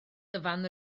dyfan